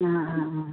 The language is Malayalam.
ആ ആ ആ